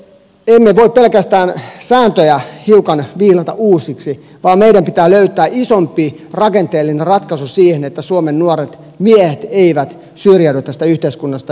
me emme voi pelkästään sääntöjä hiukan viilata uusiksi vaan meidän pitää löytää isompi rakenteellinen ratkaisu siihen että suomen nuoret miehet eivät syrjäydy tästä yhteiskunnasta